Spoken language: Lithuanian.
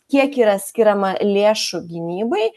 kiek yra skiriama lėšų gynybai